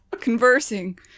conversing